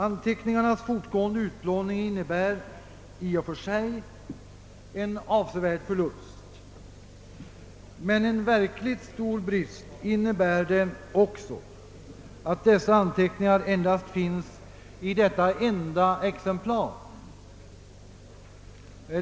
Anteckningarnas fortgående utplåning innebär i och för sig en avsevärd förlust, men en verkligt stor brist är också att anteckningarna endast finns i ett enda exemplar.